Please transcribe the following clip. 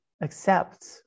accept